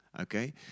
Okay